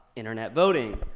internet voting.